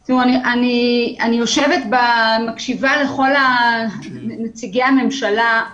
אני מציע שנשמע את נציגי מסגרות עצמן ואחר